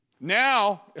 Now